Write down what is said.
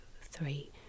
three